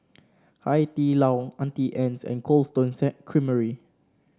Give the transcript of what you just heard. Hai Di Lao Auntie Anne's and Cold Stone Creamery